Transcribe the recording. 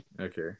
Okay